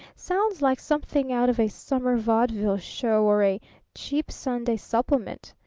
sounds like something out of a summer vaudeville show or a cheap sunday supplement.